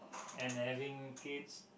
and having kids